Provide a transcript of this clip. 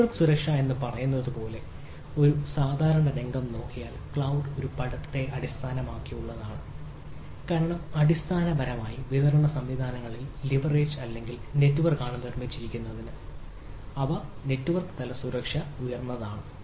network സുരക്ഷ എന്ന് പറയുന്നതുപോലുള്ള ഒരു സാധാരണ രംഗം നോക്കിയാൽ ക്ലൌഡ് ഒരു പദത്തെ അടിസ്ഥാനമാക്കിയുള്ളതാണ് കാരണം അടിസ്ഥാനപരമായി വിതരണ സംവിധാനങ്ങളിൽ ലിവറേജ് അല്ലെങ്കിൽ നെറ്റ്വർക്കാണ് നിർമ്മിച്ചിരിക്കുന്നത് അതിനാൽ അടിസ്ഥാന നെറ്റ്വർക്ക് തല സുരക്ഷ ഉയർന്നതാണ്